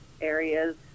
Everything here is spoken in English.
areas